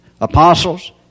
apostles